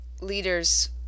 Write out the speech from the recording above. leaders